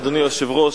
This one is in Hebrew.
אדוני היושב-ראש,